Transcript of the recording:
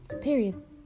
period